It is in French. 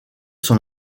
son